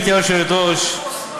גברתי היושבת-ראש,